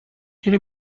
تونی